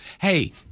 Hey